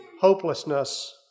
hopelessness